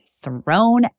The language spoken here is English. thrown